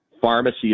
pharmacy